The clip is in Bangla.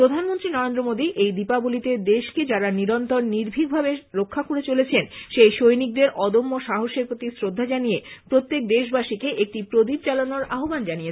প্রধানমন্ত্রী নরেন্দ্র মোদী এই দীপাবলিতে দেশকে যারা নিরন্তর নির্ভীকভাবে রক্ষা করে চলেছেন সেই সৈনিকদের অদম্য সাহসের প্রতি শ্রদ্ধা জানিয়ে প্রত্যেক দেশবাসীকে একটি প্রদীপ জালানোর আহ্বান জানিয়েছেন